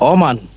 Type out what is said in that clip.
Oman